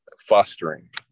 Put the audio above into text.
fostering